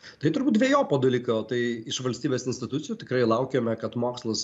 tai turbūt dvejopo dalyko tai iš valstybės institucijų tikrai laukiame kad mokslas